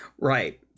Right